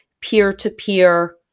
peer-to-peer